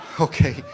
okay